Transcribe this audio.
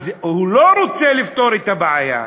אז הוא לא רוצה לפתור את הבעיה,